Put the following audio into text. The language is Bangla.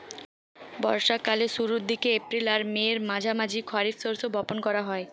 বর্ষা কালের শুরুর দিকে, এপ্রিল আর মের মাঝামাঝি খারিফ শস্য বপন করা হয়